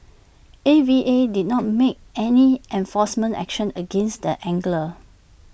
A V A did not make any enforcement action against the angler